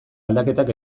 aldaketak